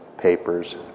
papers